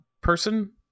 person